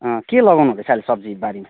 के लगाउनु हुँदैछ अहिले सब्जी बारीमा